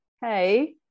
hey